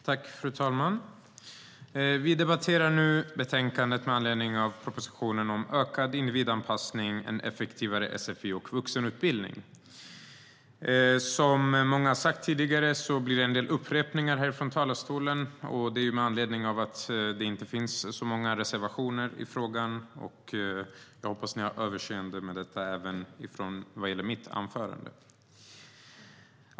Fru talman! Vi debatterar nu betänkandet med anledning av propositionen om ökad individanpassning, effektivare sfi och vuxenutbildning. Som många har sagt tidigare blir det en del upprepningar från talarstolen, med anledning av att det inte finns särskilt många reservationer i frågan. Jag hoppas att ni har överseende med detta även vad gäller mitt anförande.